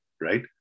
right